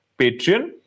Patreon